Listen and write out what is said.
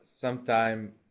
sometime